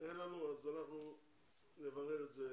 אם כן, נברר את זה